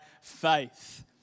faith